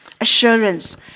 assurance